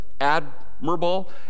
admirable